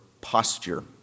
posture